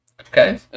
Okay